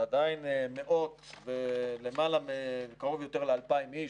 ועדיין קרוב יותר ל-2,000 איש